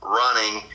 running